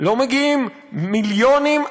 לא מגיעים מיליונים,